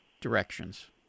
directions